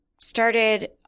started